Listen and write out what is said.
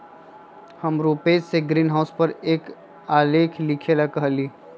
हम रूपेश से ग्रीनहाउस पर एक आलेख लिखेला कहली